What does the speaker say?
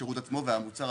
השירות והמוצר.